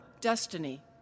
destiny